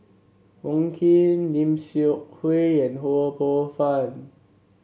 Wong Keen Lim Seok Hui and Ho Poh Fun